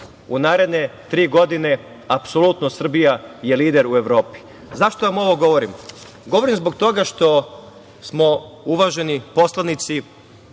u naredne tri godine apsolutno Srbija je lider u Evropi“.Zašto vam ovo govorim? Govorim zbog toga što smo, uvaženi poslanici,